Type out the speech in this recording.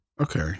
Okay